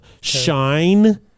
shine